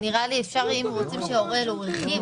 אם רוצים, אוראל ירחיב.